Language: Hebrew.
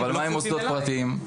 מה עם מוסדות פרטיים.